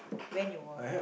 when you wore